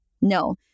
No